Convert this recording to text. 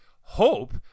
hope